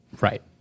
Right